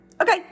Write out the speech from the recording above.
Okay